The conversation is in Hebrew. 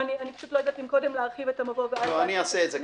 אני לא יודעת אם קודם להרחיב את המבוא ואז לקרוא את הסעיפים.